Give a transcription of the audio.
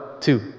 two